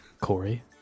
Corey